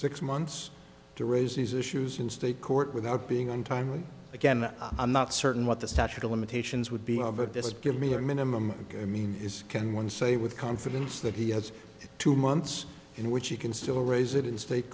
six months to raise these issues in state court without being untimely again i'm not certain what the statute of limitations would be of of this give me a minimum i mean is can one say with confidence that he has two months in which he can still raise it in state